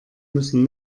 müssen